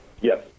yes